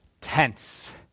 tense